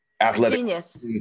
athletic